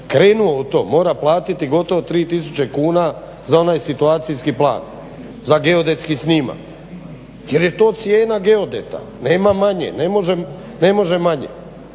krenuo u to mora platiti gotovo 3 tisuće kuna za onaj situacijski plan, za geodetski snimak. Jer je to cijena geodeta, nema manje.